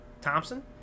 Thompson